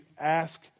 ask